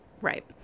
Right